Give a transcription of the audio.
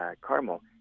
Carmel